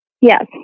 Yes